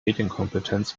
medienkompetenz